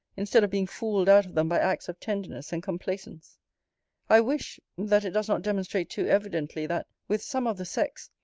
instead of being fooled out of them by acts of tenderness and complaisance i wish, that it does not demonstrate too evidently, that, with some of the sex,